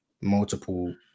multiple